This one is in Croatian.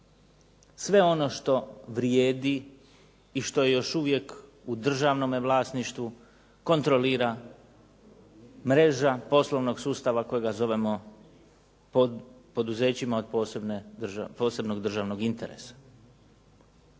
Sve ono što vrijedi i što je još uvijek u državnome vlasništvu kontrolira mreža poslovnog sustava koje zovemo poduzećima od posebnog državnog interesa.